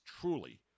truly